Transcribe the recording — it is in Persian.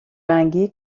رنگی